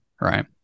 right